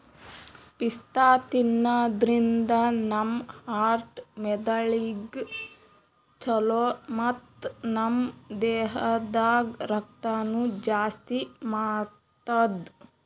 ಪಿಸ್ತಾ ತಿನ್ನಾದ್ರಿನ್ದ ನಮ್ ಹಾರ್ಟ್ ಮೆದಳಿಗ್ ಛಲೋ ಮತ್ತ್ ನಮ್ ದೇಹದಾಗ್ ರಕ್ತನೂ ಜಾಸ್ತಿ ಮಾಡ್ತದ್